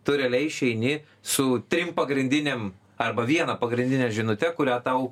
tu realiai išeini su trim pagrindinėm arba viena pagrindine žinute kurią tau